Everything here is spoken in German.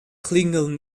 klingeln